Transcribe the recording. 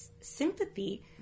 sympathy